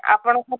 ଆପଣକୁ